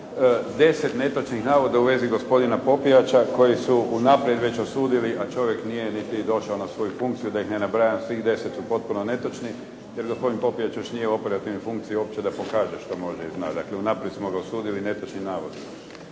netočnih navoda u vezi gospodina Popijača koji su unaprijed već osudili a čovjek nije niti došao na svoju funkciju. Da ih ne nabrajam, svih deset su potpuno netočni jer gospodin Popijač još nije u operativnoj funkciji uopće da pokaže što može i zna. Dakle, unaprijed smo ga osudili netočnim navodima.